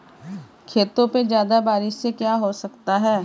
खेतों पे ज्यादा बारिश से क्या हो सकता है?